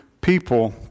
people